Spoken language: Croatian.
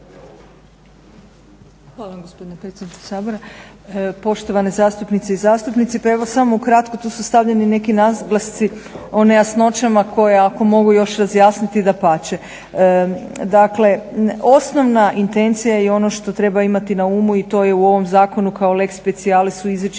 Hvala gospodine predsjedniče Sabora. Poštovane zastupnice i zastupnici pa evo samo ukratko. Tu su stavljeni neki naglasci o nejasnoćama koje ako mogu još razjasniti dapače. Dakle, osnovna intencija je ono što treba imati na umu i to je u ovom zakonu kao lex specialis izričito